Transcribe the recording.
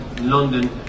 London